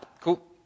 Cool